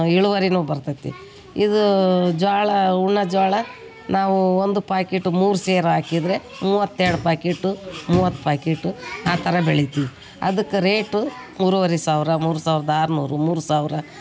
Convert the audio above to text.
ಇಳುವರಿನೂ ಬರ್ತತಿ ಇದು ಜೋಳ ಉಣ್ಣೊ ಜೋಳ ನಾವು ಒಂದು ಪಾಕಿಟು ಮೂರು ಸೇರು ಹಾಕಿದ್ರೆ ಮೂವತ್ತೆರಡು ಪಾಕಿಟು ಮೂವತ್ತು ಪಾಕಿಟು ಆ ಥರ ಬೆಳಿತೀವಿ ಅದಕ್ಕೆ ರೇಟು ಮೂರುವರೆ ಸಾವಿರ ಮೂರು ಸಾವಿರದ ಆರುನೂರು ಮೂರು ಸಾವಿರ